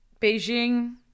beijing